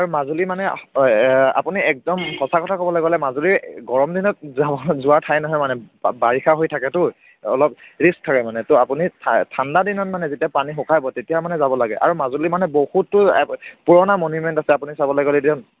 আৰু মাজুলী মানে আপুনি একদম সঁচা কথা ক'বলৈ গ'লে মাজুলী গৰম দিনত যোৱা ঠাই নহয় মানে বাৰিষা হৈ থাকেতো অলপ ৰিক্স থাকে মানে ত' আপুনি ঠাণ্ডা দিনত মানে যেতিয়া পানী শুকাব তেতিয়া মানে যাব লাগে আৰু মাজুলীত মানে বহুতো পুৰণা মনুমেণ্ট আছে আপুনি চাবলৈ গ'লে এতিয়া